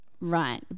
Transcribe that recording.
Right